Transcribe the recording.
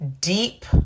deep